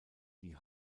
die